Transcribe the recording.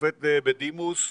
שופט בדימוס,